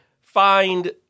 find